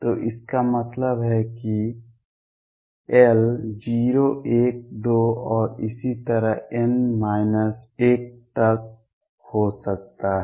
तो इसका मतलब है कि l 0 1 2 और इसी तरह n 1 तक हो सकता है